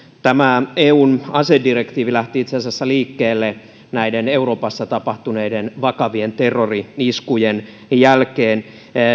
tämä eun asedirektiivi lähti itse asiassa liikkeelle näiden euroopassa tapahtuneiden vakavien terrori iskujen jälkeen